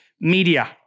media